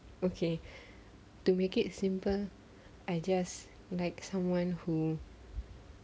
okay to make it simple I just like someone who